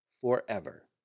forever